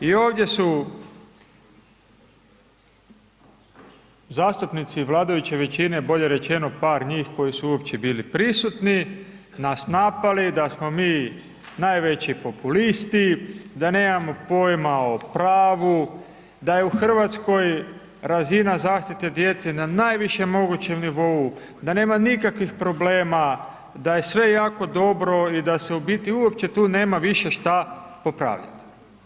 I ovdje su zastupnici Vladajuće većine, bolje rečeno par njih koji su uopće bili prisutni nas napali da smo mi najveći populisti, da nemamo pojma o pravu, da je u Hrvatskoj razina zaštite djece na najvišem mogućem nivou, da nema nikakvih problema, da je sve jako dobro i da se u biti uopće tu nema više šta popravljati.